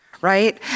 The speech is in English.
right